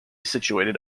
situated